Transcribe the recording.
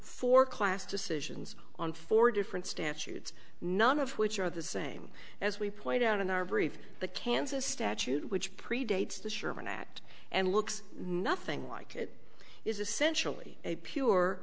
four class decisions on four different stance it's none of which are the same as we point out in our brief the kansas statute which predates the sherman act and looks nothing like it is essentially a pure